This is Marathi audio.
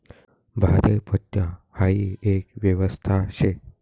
भाडेपट्टा हाई एक व्यवस्था शे